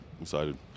excited